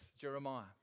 Jeremiah